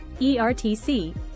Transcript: ERTC